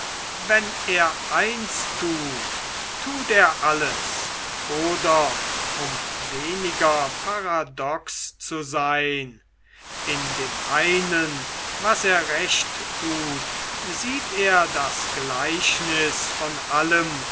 wenn er eins tut tut er alles oder um weniger paradox zu sein in dem einen was er recht tut sieht er das gleichnis von allem